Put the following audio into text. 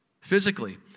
physically